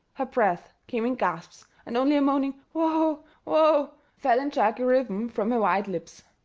her breath came in gasps, and only a moaning whoa whoa fell in jerky rhythm from her white lips.